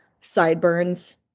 sideburns